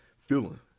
feeling